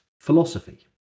philosophy